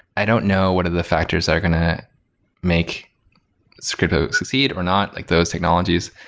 i don't know what are the factors that are going to make so crypto succeed or not like those technologies.